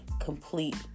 complete